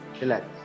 relax